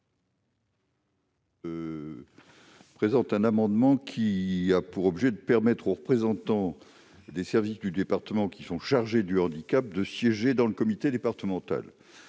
Favreau. Cet amendement a pour objet de permettre aux représentants des services départementaux en charge du handicap de siéger dans le comité départemental